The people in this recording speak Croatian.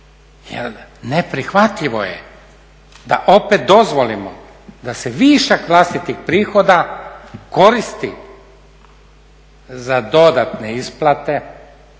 jel neprihvatljivo je da opet dozvolimo da se višak vlastitih prihoda koristi za dodatne isplate,